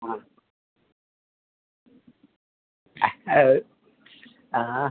ആ അ ആ